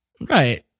right